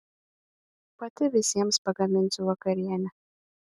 pati visiems pagaminsiu vakarienę